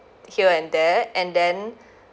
here and there and then